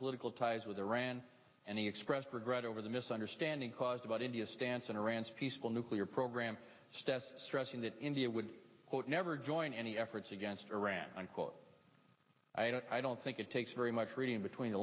political ties with iran and he expressed regret over the misunderstanding caused about india's stance on iran's peaceful nuclear program status stressing that india would quote never join any efforts against iran unquote i don't think it takes very much reading between the